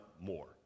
more